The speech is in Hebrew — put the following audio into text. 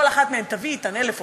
כל אחת מהן תביא אתה 1,000 עובדים,